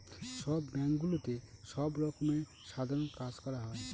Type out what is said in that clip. সব ব্যাঙ্কগুলোতে সব রকমের সাধারণ কাজ করা হয়